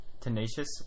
Tenacious